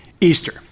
Easter